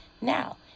Now